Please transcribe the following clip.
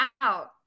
out